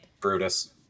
Brutus